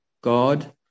God